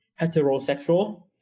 heterosexual